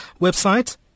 website